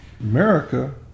America